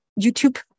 youtube